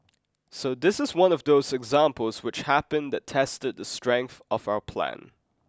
so this is one of those examples which happen that tested the strength of our plan